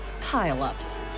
pile-ups